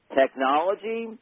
technology